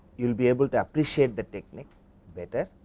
you will be able to appreciate the technique better.